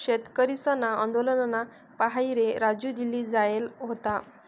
शेतकरीसना आंदोलनना पाहिरे राजू दिल्ली जायेल व्हता